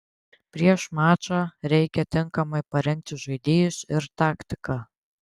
prieš mačą reikia tinkamai parengti žaidėjus ir taktiką